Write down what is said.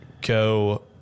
go